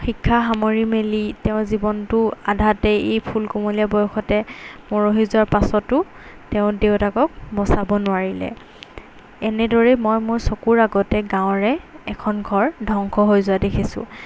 শিক্ষা সামৰি মেলি তেওঁ জীৱনটো আধাতে এই ফুল কোমলীয়া বয়সতে মৰহি যোৱাৰ পাছতো তেওঁ দেউতাকক বচাব নোৱাৰিলে এনেদৰে মই মোৰ চকুৰ আগতে গাঁৱৰে এখন ঘৰ ধ্বংস হৈ যোৱা দেখিছোঁ